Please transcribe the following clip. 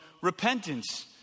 repentance